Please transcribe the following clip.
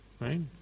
right